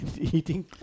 eating